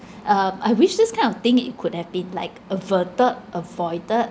um I wish this kind of thing it could have been like averted avoided